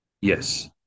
Yes